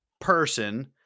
person